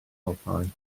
alpau